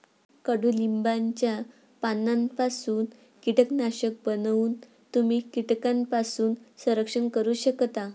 कडुलिंबाच्या पानांपासून कीटकनाशक बनवून तुम्ही कीटकांपासून संरक्षण करू शकता